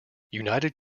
united